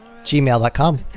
gmail.com